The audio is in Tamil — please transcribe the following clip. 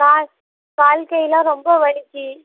கால் கால் கையெலாம் ரொம்ப வலிக்கு